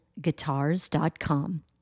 guitars.com